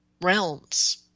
realms